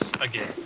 Again